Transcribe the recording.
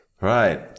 Right